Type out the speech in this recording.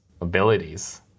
abilities